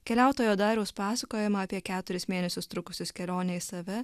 keliautojo dariaus pasakojimą apie keturis mėnesius trukusius kelionę į save